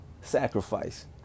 sacrifice